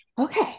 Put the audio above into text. okay